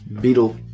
Beetle